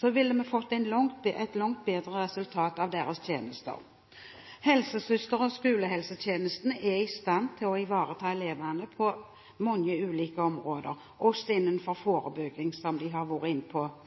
ville vi fått et langt bedre resultat av deres tjenester. Helsesøster/skolehelsetjenesten er i stand til å ivareta elevene på mange ulike områder – også når det gjelder forebygging, som